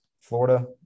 Florida